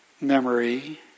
memory